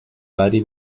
varie